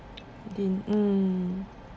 mm